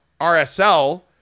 RSL